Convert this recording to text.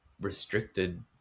restricted